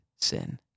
sin